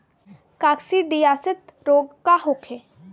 काकसिडियासित रोग का होखे?